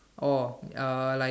oh uh